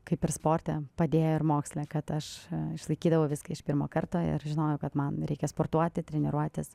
kaip ir sporte padėjo ir moksle kad aš išlaikydavau viską iš pirmo karto ir žinojau kad man reikia sportuoti treniruotis